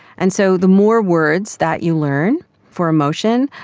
and so the more words that you learn for um ocean,